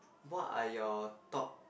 what are your top